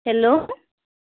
hello